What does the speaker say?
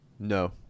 No